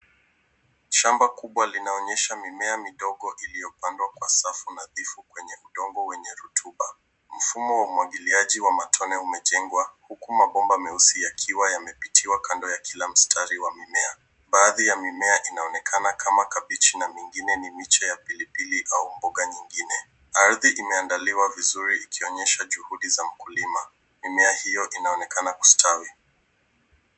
Shamba kubwa linaonyesha mimea midogo iliyopandwa kwa safu nadhifu kwenye udongo wenye rutuba. Mfumo wa umwagiliaji wa matone umejengwa huku mabomba meusi yakiwa yamepitiwa kando ya kila mstari wa mimea. Baadhi ya mimea inaonekana kama kabechi na mingine ni miche ya pilipili au mboga nyingine. Ardhi imeandaliwa vizuri ikionyesha juhudi za mkulima. Mimea hiyo inaonekana kustawi.